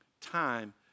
time